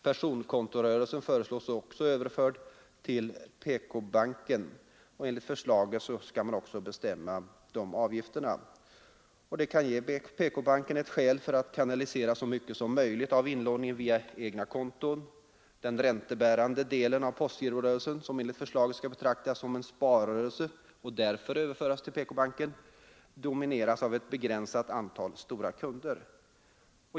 Personkontorörelsen föreslås också överförd till PK-banken, som skall bestämma avgifter och andra villkor för kontonas utnyttjande. Det kan ge PK-banken ett skäl för att kanalisera så mycket som möjligt av inlåningen via sina egna konton. Den räntebärande delen av postgirorörelsen, som enligt förslaget skall betraktas som en sparrörelse och därför överföras till PK-banken, domineras av ett begränsat antal stora kunder.